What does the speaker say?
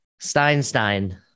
Steinstein